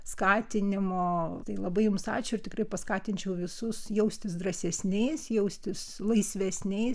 skatinimo tai labai jums ačiū ir tikrai paskatinčiau visus jaustis drąsesniais jaustis laisvesniais